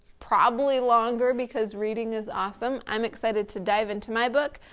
probably longer because reading is awesome. i'm excited to dive into my book,